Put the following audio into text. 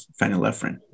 phenylephrine